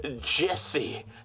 Jesse